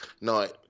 night